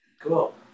Cool